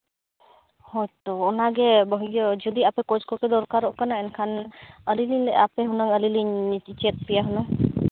ᱦᱳᱭᱛᱳ ᱚᱱᱟᱜᱮ ᱡᱩᱫᱤ ᱟᱯᱮ ᱠᱳᱪ ᱠᱚᱯᱮ ᱫᱚᱨᱠᱟᱨᱚᱜ ᱠᱟᱱᱟ ᱮᱱᱠᱷᱟᱱ ᱟᱹᱞᱤᱧ ᱞᱤᱧ ᱞᱟᱹᱭᱫᱟ ᱟᱯᱮ ᱦᱩᱱᱟᱹᱝ ᱟᱹᱞᱤᱧ ᱞᱤᱧ ᱪᱮᱫ ᱯᱮᱭᱟ ᱦᱩᱱᱟᱹᱝ